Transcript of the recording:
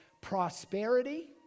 prosperity